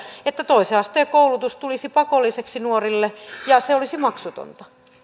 että toisen asteen koulutus tulisi pakolliseksi nuorille ja se olisi maksutonta